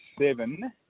seven